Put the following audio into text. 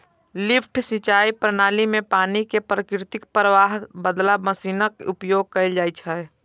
lift सिंचाइ प्रणाली मे पानि कें प्राकृतिक प्रवाहक बदला मशीनक उपयोग कैल जाइ छै